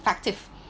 effective